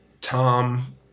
Tom